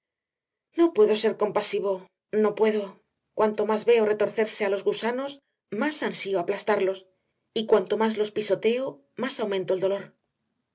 no puedo ser compasivo no puedo cuanto más veo retorcerse a los gusanos más ansío aplastarlos y cuanto más los pisoteo más aumento el dolor